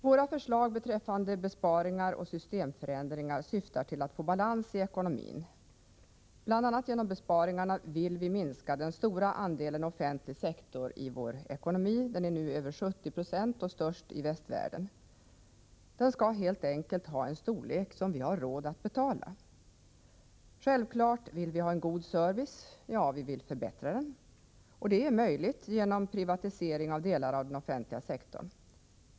Våra förslag beträffande besparingar och systemförändringar syftar till att få balans i ekonomin. Bl. a. genom besparingarna vill vi minska den stora andelen offentlig sektor i vår ekonomi — den är nu över 70 96 och störst i västvärlden. Den skall helt enkelt ha en storlek som vi har råd att betala. Självfallet vill vi ha en god service — ja, vi vill förbättra den. Detta är möjligt genom privatisering av delar av den offentliga sektorn.